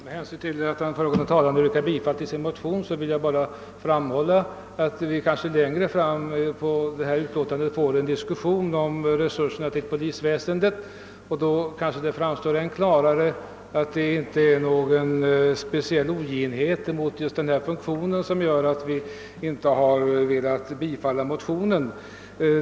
Herr talman! Med hänsyn till att den föregående talaren yrkade bifall till sin motion vill jag bara framhålla, att vi längre fram i detta utlåtande får en diskussion om resurserna till polisväsendet. Då kanske det framstår ännu klarare att det inte är fråga om någon speciell oginhet mot just denna funktion som är anledningen till att vi inte har velat tillstyrka motionen.